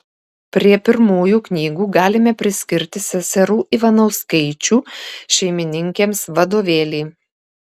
prie pirmųjų knygų galime priskirti seserų ivanauskaičių šeimininkėms vadovėlį